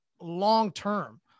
long-term